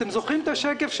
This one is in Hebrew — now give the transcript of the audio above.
אתם זוכרים את השקף,